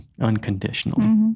unconditionally